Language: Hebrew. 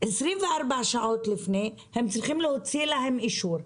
24 שעות לפני, הם צריכים להוציא להם אישור.